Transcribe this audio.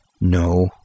No